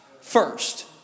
first